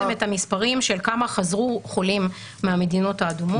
ראיתם את המספרים של כמה חזרו חולים מהמדינות האדומות.